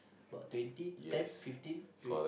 but twenty ten fifteen three